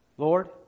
Lord